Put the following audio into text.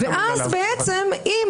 אז אתה מוציא דברים מהקשרם שאנחנו אמרנו,